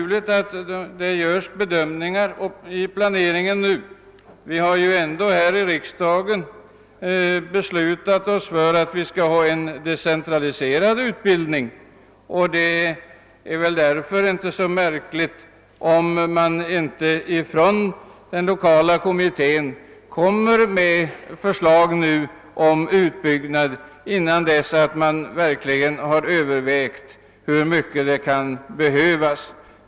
Riksdagen har ju ändå fattat beslut om en decentralisering av utbildningen. Det är därför inte så märkligt, om den lokala kommittén inte framlägger förslag om en utbyggnad av institutionerna vid Frescati innan man verkligen har fått klarhet om hur mycket som kan behövas.